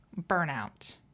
burnout